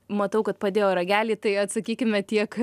matau kad padėjo ragelį tai atsakykime tiek